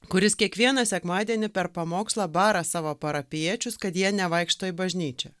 kuris kiekvieną sekmadienį per pamokslą barą savo parapijiečius kad jie nevaikšto į bažnyčią